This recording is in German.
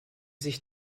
sich